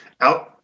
out